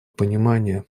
понимание